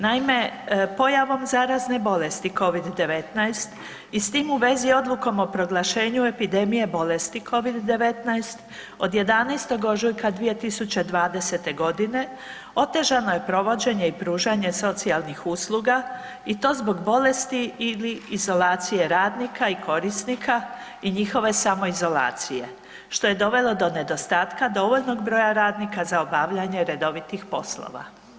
Naime, pojavom zarazne bolesti covid-19 i s tim u vezi odlukom o proglašenju epidemije bolesti covid-19 od 11. ožujka 2020. godine otežano je provođenje i pružanje socijalnih usluga i to zbog bolesti ili izolacije radnika i korisnika i njihove samoizolacije što je dovelo do nedostatka dovoljnog broja radnika za obavljanje redovitih poslova.